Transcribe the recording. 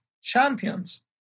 champions